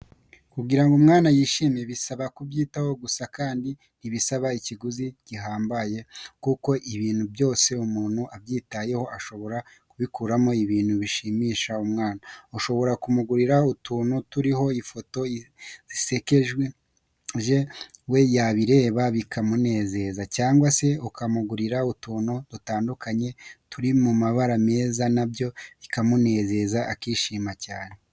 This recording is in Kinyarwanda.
Kugira ngo umwana yishime bisaba kubyitaho gusa kandi ntibisaba ikiguzi gihambaye kuko ibintu byos umuntu abyitayeho ashobora kubikuramo ibintu bishimisha umwana. Ushobora kumugurira utuntu turiho ifoto zisekeje we yabireba bikamunezeza cyangwa se ukamuguriria utuntu dutandukanye turi mu mabara meza na byo bikamunezeza akishima cyane.